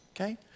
okay